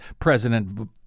President